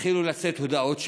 התחילו לצאת הודעות שלכם.